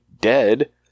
dead